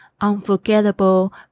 unforgettable